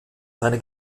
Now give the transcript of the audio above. seine